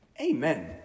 Amen